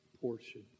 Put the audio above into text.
portion